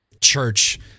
church